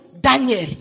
Daniel